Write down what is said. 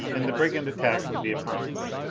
and the brigand attack would be upon us!